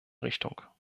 richtung